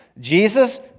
Jesus